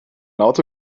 auto